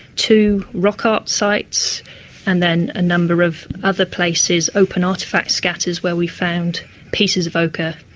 to rock art sites and then a number of other places, open artefact scatters where we've found pieces of ochre.